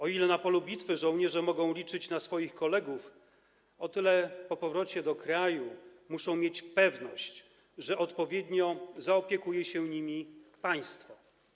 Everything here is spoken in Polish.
O ile na polu bitwy żołnierze mogą liczyć na swoich kolegów, o tyle po powrocie do kraju muszą mieć pewność, że odpowiednio zaopiekuje się nimi państwo.